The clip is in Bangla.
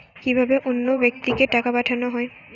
কি ভাবে অন্য কোনো ব্যাক্তিকে টাকা পাঠানো হয়?